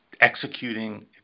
executing